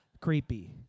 creepy